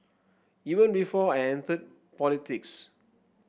even before I entered politics